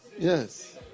Yes